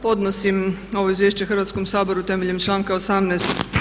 Podnosim ovo izvješće Hrvatskom saboru temeljem članka 18.